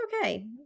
okay